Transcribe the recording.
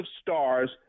stars